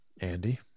Andy